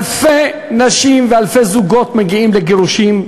אלפי נשים ואלפי זוגות מגיעים לגירושים,